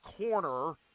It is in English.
corner